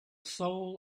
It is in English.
soul